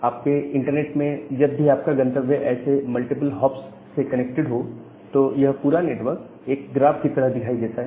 आपके इंटरनेट में जब भी आपका गंतव्य ऐसे मल्टीपल हॉप्स से कनेक्टेड हो तो यह पूरा नेटवर्क एक ग्राफ की तरह दिखाई देता है